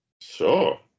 Sure